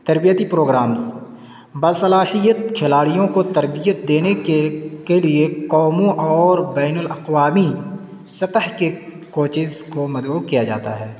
تربیتی پروگرامس باصلاحیت کھلاڑیوں کو تربیت دینے کے کے لیے قوموں اور بین الاقوامی سطح کے کوچز کو مدعو کیا جاتا ہے